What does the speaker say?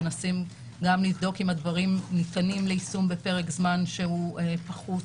מנסים גם לבדוק אם הדברים ניתנים ליישום בפרק זמן שהוא פחות.